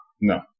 No